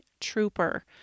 trooper